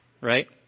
right